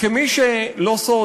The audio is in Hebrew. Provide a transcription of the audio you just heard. זה לא סוד,